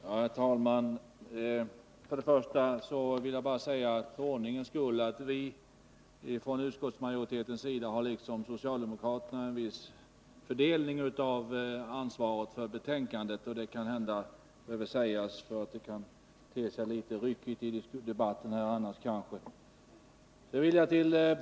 Herr talman! Först vill jag bara för ordningens skull säga att vi från utskottsmajoritetens sida liksom socialdemokraterna har en viss fördelning av ansvaret för betänkandet. Det kanhända behöver sägas för att debatten inte skall te sig ryckig.